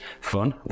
fun